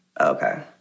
Okay